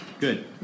good